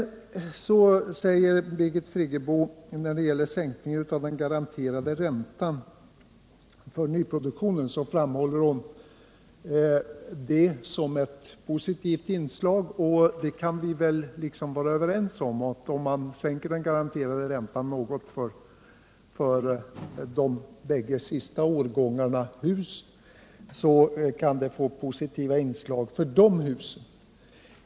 Birgit Friggebo betecknade sänkningen av den garanterade räntan för nyproduktionen som ett positivt inslag. Vi kan väl vara överens om, att om man sänker den garanterade räntan något för de bägge sista årgångarna hus, kan det bli positiva verkningar när det gäller de husen.